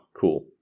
cool